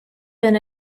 been